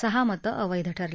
सहा मतं अवैध ठरली